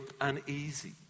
uneasy